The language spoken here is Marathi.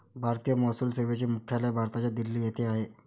भारतीय महसूल सेवेचे मुख्यालय भारताच्या दिल्ली येथे आहे